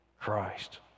christ